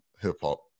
hip-hop